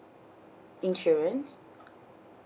insurance